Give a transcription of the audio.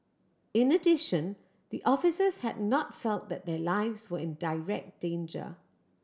in addition the officers had not felt that their lives were in direct danger